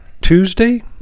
Tuesday